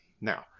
Now